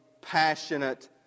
passionate